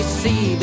see